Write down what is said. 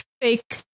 fake